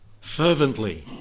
fervently